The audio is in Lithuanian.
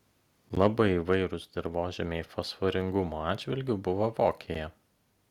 labai įvairūs dirvožemiai fosforingumo atžvilgiu buvo vokėje